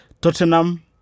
Tottenham